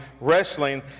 wrestling